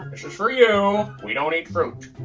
is for for you. we don't eat fruit.